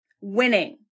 winning